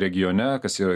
regione kas yra